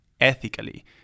ethically